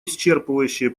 исчерпывающие